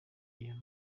iyo